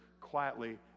quietly